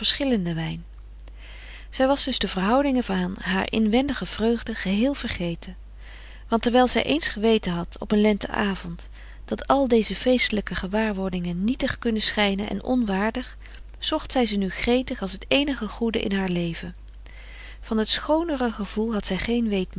verschillenden wijn zij was dus de verhoudingen van haar inwendige vreugden geheel vergeten want terwijl zij eens geweten had op een lente avond dat al deze feestelijke gewaarwordingen nietig kunnen schijnen en onwaardig zocht zij ze nu gretig als t eenige goede in haar leven van het schoonere gevoel had zij geen weet